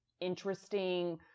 interesting